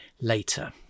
later